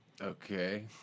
Okay